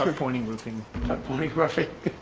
um pointing roofing pornographic.